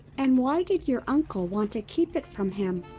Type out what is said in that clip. and why did your uncle want to keep it from him?